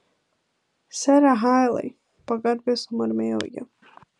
sere hailai pagarbiai sumurmėjo ji